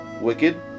wicked